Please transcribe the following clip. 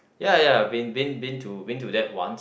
ya ya been been been to been to that once